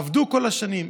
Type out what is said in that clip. הם עבדו כל השנים,